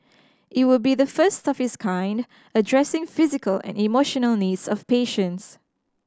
it would be the first of its kind addressing physical and emotional needs of patients